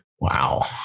Wow